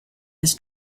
his